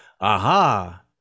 aha